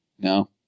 No